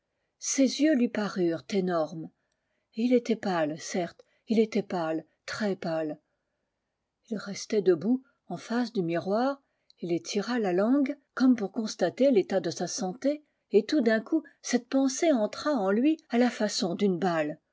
ses yeux lui parurent énormes et il était pale certes il était pale très pale ii restait debout en face du miroir ii tira la langue comme pour constater l'état de sa santé et tout d'un coup cette pensée entra en lui à la façon d'une balle